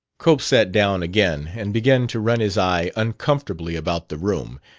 cope sat down again and began to run his eye uncomfortably about the room,